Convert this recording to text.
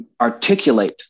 Articulate